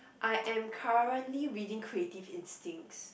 I am currently reading creative instincts